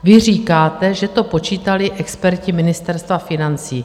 Vy říkáte, že to počítali experti Ministerstva financí.